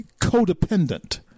codependent